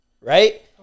Right